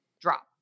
drop